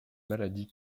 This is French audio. maladie